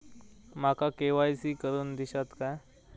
माका के.वाय.सी करून दिश्यात काय?